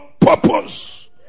purpose